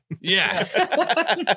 Yes